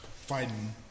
Fighting